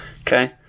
Okay